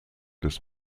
des